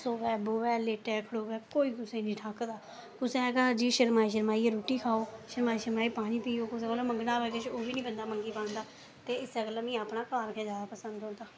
सवै ब'वै खड़ोऐ लेटै कोई कुसै गी निं ठाकदा कुसै दे घर जियां शरमाई शरमाइयै रुट्टी खाओ शरमाई शरमाइयै ओह्बी बंदा मंगी निं पांदा ते इस्सै गल्ला मिगी अपना घर गै पसंद औंदा